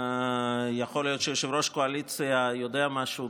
יכול להיות שיושב-ראש הקואליציה יודע משהו,